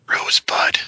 Rosebud